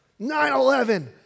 9-11